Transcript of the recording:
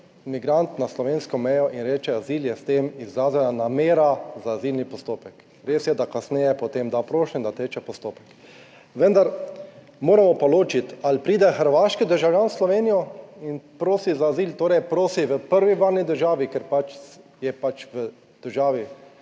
migrant na slovensko mejo in reče azil, je s tem izražena namera za azilni postopek. Res je, da kasneje potem da prošnjo, da teče postopek, vendar moramo pa ločiti ali pride hrvaški državljan v Slovenijo in prosi za azil, torej prosi v prvi varni državi, ker v državi